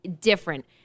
different